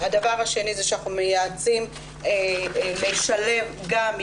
זה בעיני ישנה את כל החברה ואת כל התפיסה.